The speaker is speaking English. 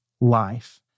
life